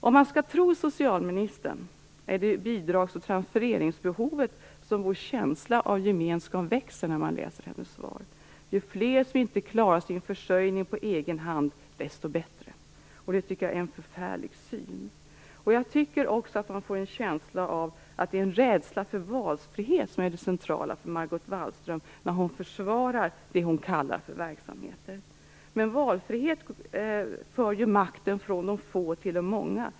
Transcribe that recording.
Om man skall tro socialministern är det bidragsoch transfereringsbehovet som gör att vår känsla av gemenskap växer. Ju fler som inte klarar sin försörjning på egen hand, desto bättre. Det tycker jag är en förfärlig syn. Jag tycker också att man får en känsla av att det är rädsla för valfrihet som är det centrala för Margot Wallström när hon försvarar det hon kallar verksamheter. Men valfrihet för ju makten från de få till de många.